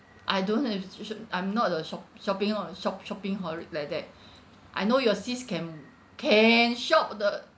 I don't have shop shop I'm not the shop shopping oh shop shopping-holic like that I know your sis can can shop the